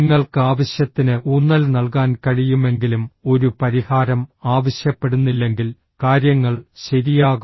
നിങ്ങൾക്ക് ആവശ്യത്തിന് ഊന്നൽ നൽകാൻ കഴിയുമെങ്കിലും ഒരു പരിഹാരം ആവശ്യപ്പെടുന്നില്ലെങ്കിൽ കാര്യങ്ങൾ ശരിയാകും